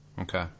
okay